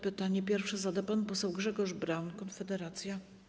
Pytanie pierwsze zada pan poseł Grzegorz Braun, Konfederacja.